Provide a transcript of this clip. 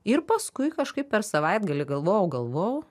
ir paskui kažkaip per savaitgalį galvojau galvojau